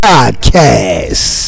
Podcast